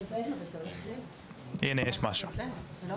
מה אתה